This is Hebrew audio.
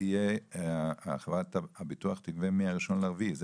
חברת הביטוח תגבה מה-1.4, נכון?